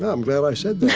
ah i'm glad i said